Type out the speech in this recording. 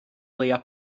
leia